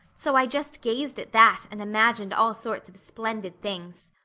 so i just gazed at that and imagined all sorts of splendid things.